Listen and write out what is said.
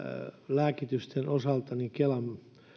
lääkitysten osalta kelan